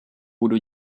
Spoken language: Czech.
budu